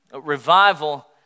Revival